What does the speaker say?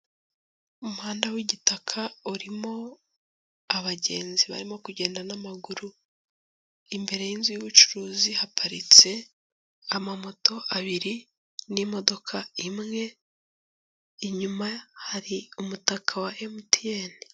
Umuhanda w'igitaka urimo abagenzi barimo kugenda n'amaguru, imbere y'inzu y'ubucuruzi haparitse amamoto abiri n'imodoka imwe, inyuma hari umutaka wa MTN.